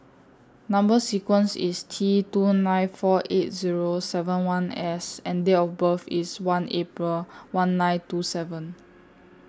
Number sequence IS T two nine four eight Zero seven one S and Date of birth IS one April one nine two seven